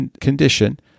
condition